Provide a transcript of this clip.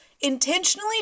Intentionally